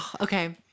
Okay